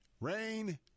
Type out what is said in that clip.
rain